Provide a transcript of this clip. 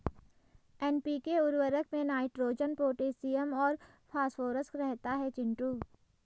NPK उर्वरक में nitrogen potassium और फास्फोरस रहता है चिंटू